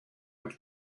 have